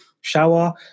shower